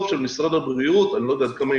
של משרד הבריאות אני לא יודע עד כמה היא